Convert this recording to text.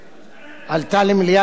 עלתה למליאת הכנסת